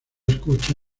escucha